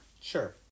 Sure